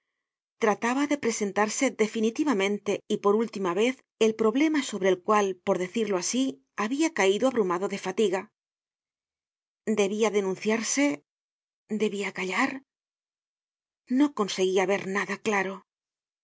trataba de presentarse definitivamente y por última vez el problema sobre el cual por decirlo asi habia caido abrumado de fatiga debia denunciarse debia callar no conseguia ver nada claro los